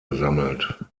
gesammelt